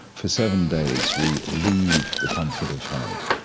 for seven days, we leave the comfort of home.